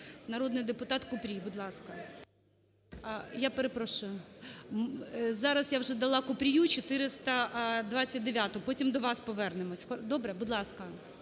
народний депутат Купрій. Будь ласка. Я перепрошую. Зараз я вже дала Купрію, 429-у. Потім до вас повернемось. Добре? Будь ласка.